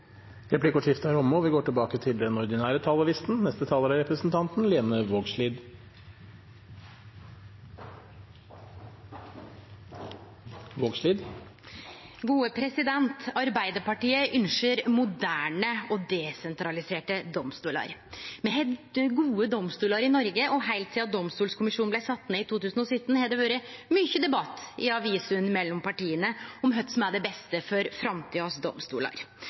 Replikkordskiftet er omme. Arbeidarpartiet ynskjer moderne og desentraliserte domstolar. Me har gode domstolar i Noreg, og heilt sidan domstolkommisjonen blei sett ned i 2017, har det vore mykje debatt i avisene mellom partia om kva som er det beste for